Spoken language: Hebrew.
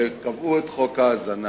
קבעו את חוק ההזנה